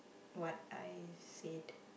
what I said